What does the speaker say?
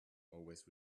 always